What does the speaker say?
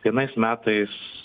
kiekvienais metais